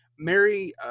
Mary